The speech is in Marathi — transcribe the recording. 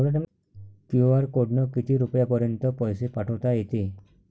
क्यू.आर कोडनं किती रुपयापर्यंत पैसे पाठोता येते?